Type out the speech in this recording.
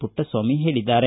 ಪುಟ್ಟಸ್ವಾಮಿ ಹೇಳಿದ್ದಾರೆ